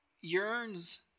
yearns